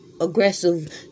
aggressive